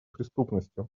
преступностью